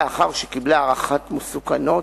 לאחר שקיבלה הערכת מסוכנות,